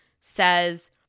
says